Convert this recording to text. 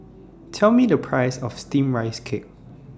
Tell Me The priceS of Steamed Rice Cake